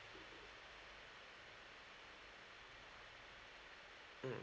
mm